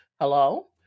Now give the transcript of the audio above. hello